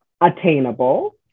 attainable